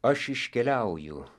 aš iškeliauju